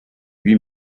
huit